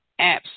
Apps